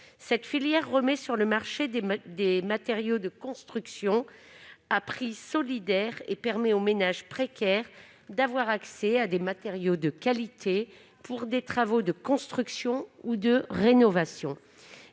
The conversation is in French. Cette filière remet sur le marché des matériaux de construction à prix solidaire, permettant aux ménages précaires d'avoir accès à des matériaux de qualité pour des travaux de construction ou de rénovation.